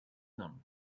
them